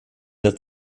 der